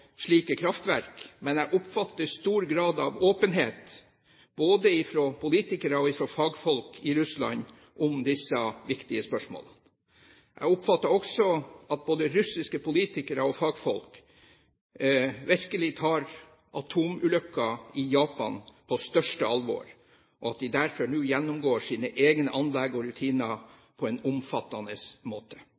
slike kraftverk, men jeg oppfattet stor grad av åpenhet både fra politikere og fagfolk i Russland om disse viktige spørsmålene. Jeg oppfattet også at både russiske politikere og fagfolk virkelig tar atomulykken i Japan på største alvor, og at de derfor nå gjennomgår sine egne anlegg og rutiner på en omfattende måte.